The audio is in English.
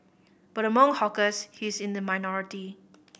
but among hawkers he is in the minority